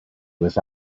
was